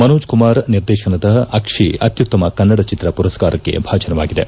ಮನೋಜ್ ಕುಮಾರ್ ನಿರ್ದೇಶನದ ಅಕ್ಷಿ ಅತ್ಯುತ್ತಮ ಕನ್ನಡ ಚಿತ್ರ ಪುರಸ್ಕಾರಕ್ಷೆ ಭಾಜನವಾಗಿದೆ